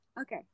okay